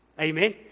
Amen